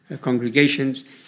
congregations